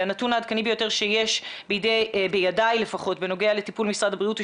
הנתון העדכני ביותר שיש בידי לפחות בנוגע לטיפול משרד הבריאות היא